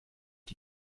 die